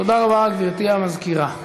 תודה רבה, גברתי המזכירה.